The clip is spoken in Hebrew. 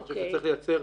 אני חושב שצריך לייצר,